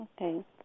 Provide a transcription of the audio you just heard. Okay